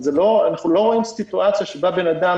אנחנו לא רואים סיטואציה שבה בן אדם